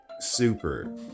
super